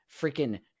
freaking